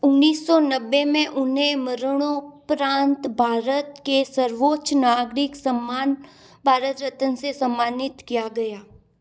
उन्नीस सौ नब्बे उन्हें मरणोपरांत भारत के सर्वोच्च नागरिक सम्मान भारत रत्न से सम्मानित किया गया